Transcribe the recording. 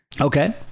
okay